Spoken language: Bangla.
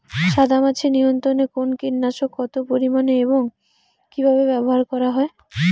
সাদামাছি নিয়ন্ত্রণে কোন কীটনাশক কত পরিমাণে এবং কীভাবে ব্যবহার করা হয়?